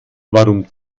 warum